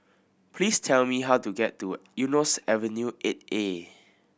please tell me how to get to Eunos Avenue Eight A